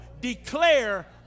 declare